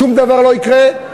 שום דבר לא יקרה,